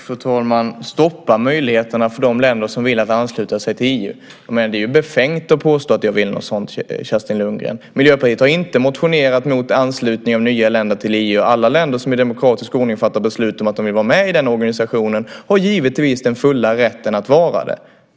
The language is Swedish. Fru talman! Stoppa möjligheterna för de länder som vill ansluta sig till EU - det är ju befängt att påstå att jag vill något sådant, Kerstin Lundgren. Miljöpartiet har inte motionerat mot anslutning av nya länder till EU. Alla länder som i demokratisk ordning fattar beslut om att de vill vara med i den organisationen har givetvis den fulla rätten att vara det.